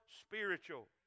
spiritual